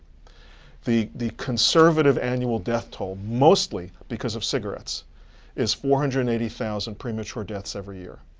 the the conservative annual death toll, mostly because of cigarettes is four hundred and eighty thousand premature deaths every year.